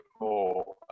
more